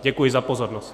Děkuji za pozornost.